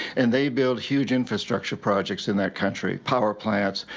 and they build huge infrastructure projects in that country power plants,